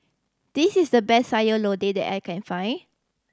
this is the best Sayur Lodeh that I can find